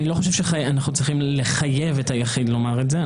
אני לא חושב שאנחנו צריכים לחייב את היחיד לומר את זה.